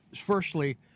firstly